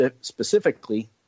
specifically